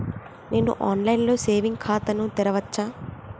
నేను online లో saving ఖాతా ను తెరవచ్చా?